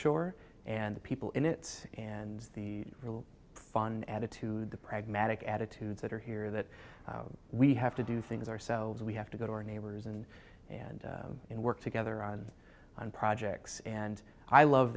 shore and the people in it and the real fun attitude the pragmatic attitudes that are here that we have to do things ourselves we have to go to our neighbors and and in work together on on projects and i love